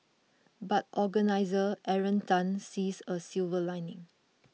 but organiser Aaron Tan sees a silver lining